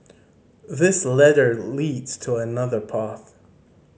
this ladder leads to another path